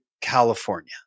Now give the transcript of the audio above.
California